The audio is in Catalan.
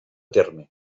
terme